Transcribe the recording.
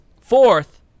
Fourth